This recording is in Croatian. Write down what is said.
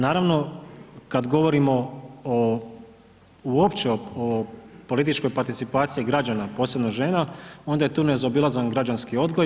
Naravno kada govorimo uopće o političkoj participaciji građana, posebno žena onda je tu nezaobilazan građanski odgoj.